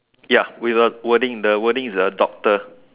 ya with a wording the wording is a doctor